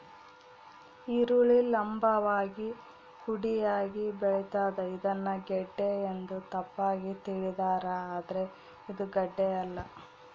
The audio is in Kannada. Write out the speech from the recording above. ಈರುಳ್ಳಿ ಲಂಭವಾಗಿ ಕುಡಿಯಾಗಿ ಬೆಳಿತಾದ ಇದನ್ನ ಗೆಡ್ಡೆ ಎಂದು ತಪ್ಪಾಗಿ ತಿಳಿದಾರ ಆದ್ರೆ ಇದು ಗಡ್ಡೆಯಲ್ಲ